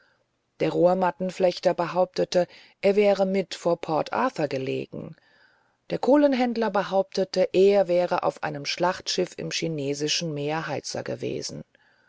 der rohrmattenflechter behauptete er hätte mit vor port arthur gelegen der kohlenhändler behauptete er wäre auf einem schlachtschiff im chinesischen meer heizer gewesen